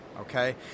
okay